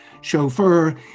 chauffeur